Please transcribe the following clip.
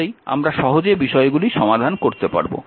তাহলেই আমরা সহজে বিষয়গুলি সমাধান করতে পারব